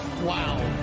Wow